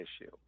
issue